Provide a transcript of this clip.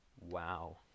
Wow